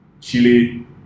Chile